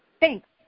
thanks